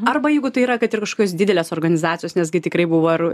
arba jeigu tai yra kad ir kažkokios didelės organizacijos nesgi tikrai buvo ar